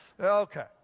Okay